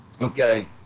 okay